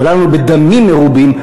עולה לנו בדמים מרובים,